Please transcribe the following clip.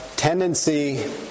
Tendency